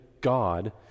God